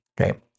okay